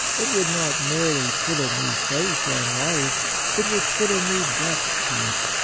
it would not merely put a new face on life it would put a new depth to it.